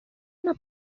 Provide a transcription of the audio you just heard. una